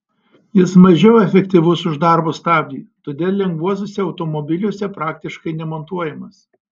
jis mažiau efektyvus už darbo stabdį todėl lengvuosiuose automobiliuose praktiškai nemontuojamas